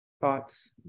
thoughts